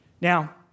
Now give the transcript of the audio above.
Now